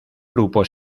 grupo